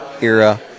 era